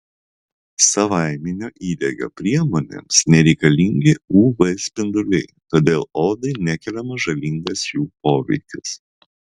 savaiminio įdegio priemonėms nereikalingi uv spinduliai todėl odai nekeliamas žalingas jų poveikis